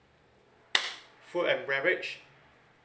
food and beverage